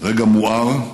רגע מואר,